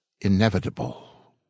inevitable